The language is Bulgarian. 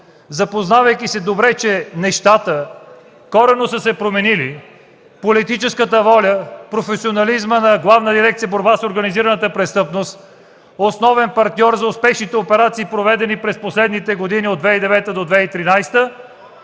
запознавайки се добре, че нещата коренно са се променили – политическата воля, професионализмът на Главна дирекция „Борба с организираната престъпност”, основен партньор за успешните операции, проведени през последните години от 2009 до 2013